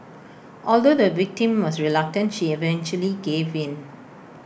although the victim was reluctant she eventually gave in